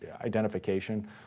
identification